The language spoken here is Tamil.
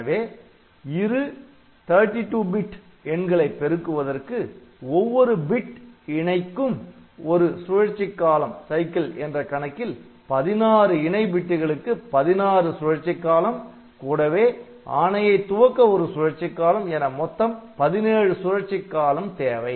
எனவே இரு 32 bit எண்களை பெருக்குவதற்கு ஒவ்வொரு பிட் இணைக்கும் ஒரு சுழற்சி காலம் என்ற கணக்கில் 16 இணை பிட்டுகளுக்கு 16 சுழற்சிக் காலம் கூடவே ஆணையை துவக்க ஒரு சுழற்சிக் காலம் என மொத்தம் 17 சுழற்சிக் காலம் தேவை